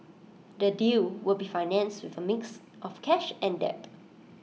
the deal will be financed with A mix of cash and debt